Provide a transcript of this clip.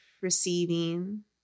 receiving